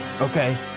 okay